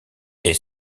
est